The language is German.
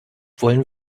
wollen